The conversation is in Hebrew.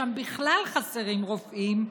ששם בכלל חסרים רופאים,